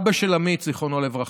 אבא של עמית, זיכרונו לברכה,